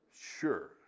Sure